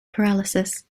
paralysis